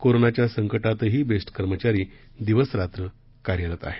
कोरोनाच्या संकटातही बेस्ट कर्मचारी दिवसरात्र कार्यरत आहेत